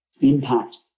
impact